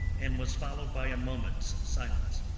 and was followed by a moment's silence.